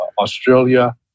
Australia